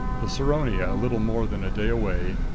the saronia a little more than a day away,